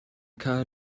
car